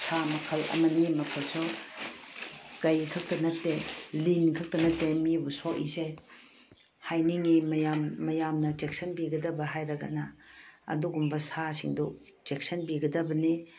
ꯁꯥ ꯃꯈꯜ ꯑꯃꯅꯤ ꯃꯈꯣꯏꯁꯨ ꯀꯩ ꯈꯛꯇ ꯅꯠꯇꯦ ꯂꯤꯟ ꯈꯛꯇ ꯅꯠꯇꯦ ꯃꯤꯕꯨ ꯁꯣꯛꯏꯁꯦ ꯍꯥꯏꯅꯤꯡꯏ ꯃꯌꯥꯝꯅ ꯆꯦꯛꯁꯟꯕꯤꯒꯗꯕ ꯍꯥꯏꯔꯒꯅ ꯑꯗꯨꯒꯨꯝꯕ ꯁꯥꯁꯤꯡꯗꯨ ꯆꯦꯛꯁꯟꯕꯤꯒꯗꯕꯅꯤ